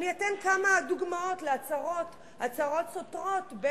אני אתן כמה דוגמאות להצהרות סותרות,